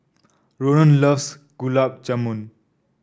Ronan loves Gulab Jamun